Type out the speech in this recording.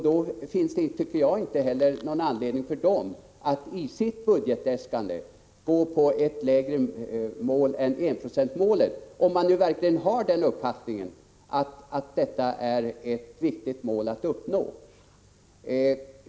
Då tycker inte jag att det finns någon anledning för dem att i sitt budgetäskande förorda ett lägre mål än enprocentsmålet, om de verkligen har uppfattningen att detta är ett viktigt mål att uppnå.